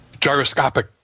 gyroscopic